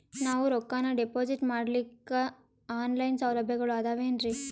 ನಾವು ರೊಕ್ಕನಾ ಡಿಪಾಜಿಟ್ ಮಾಡ್ಲಿಕ್ಕ ಆನ್ ಲೈನ್ ಸೌಲಭ್ಯಗಳು ಆದಾವೇನ್ರಿ?